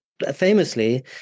Famously